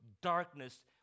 darkness